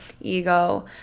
ego